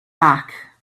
back